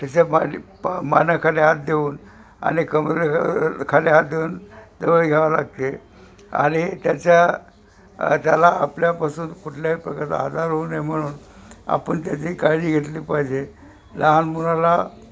त्याच्या माली पा मानेखाली हात देऊन आणि कमरे खाली हात धरून जवळ घ्यावा लागते आणि त्याच्या त्याला आपल्यापासून कुठल्याही प्रकारचा आजार होऊ नये म्हणून आपण त्याची काळजी घेतली पाहिजे लहान मुलाला